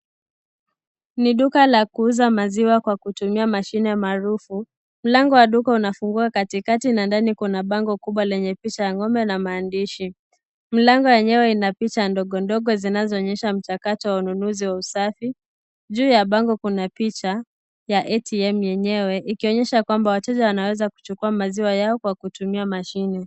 Ni duka la kuuza maziwa kwa kutumia mashine maarufu. Mlango wa duka unafungua katikati na ndani kuna bango kubwa lenye picha ya ng'ombe na maandishi. Mlango yenyewe ina picha ndogo ndogo zinazo-onyesha mchakato wa ununuzi wa usafi. Juu ya bango kuna picha ya ATM yenyewe ikionyesha kwamba wateja wanaweza kuchukua maziwa yao kwa kutumia mashine.